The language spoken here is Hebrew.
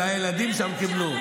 אולי ילדים שם קיבלו.